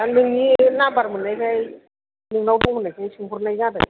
आर नोंनि नाम्बार मोननायखाय नोंनाव दं होननायखाय सोंहरनाय जादों